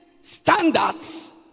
standards